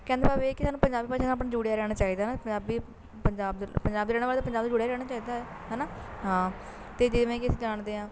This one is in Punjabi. ਕਹਿਣ ਦਾ ਭਾਵ ਇਹ ਹੈ ਕਿ ਸਾਨੂੰ ਪੰਜਾਬੀ ਭਾਸ਼ਾ ਨਾਲ਼ ਆਪਣਾ ਜੁੜਿਆ ਰਹਿਣਾ ਚਾਹੀਦਾ ਹਨਾ ਪੰਜਾਬੀ ਪੰਜਾਬ ਪੰਜਾਬ 'ਚ ਰਹਿਣ ਵਾਲੇ ਨੂੰ ਪੰਜਾਬੀ ਜੁੜੇ ਰਹਿਣਾ ਚਾਹੀਦਾ ਹੈ ਹੈ ਨਾ ਹਾਂ ਅਤੇ ਜਿਵੇਂ ਕਿ ਅਸੀਂ ਜਾਣਦੇ ਹਾਂ